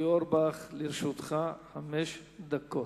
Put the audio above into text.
הכנסת אורי אורבך, לרשותך חמש דקות.